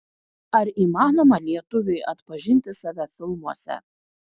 ar įmanoma lietuviui atpažinti save filmuose